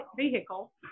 vehicle